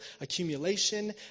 accumulation